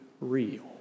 real